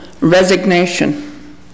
resignation